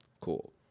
Cool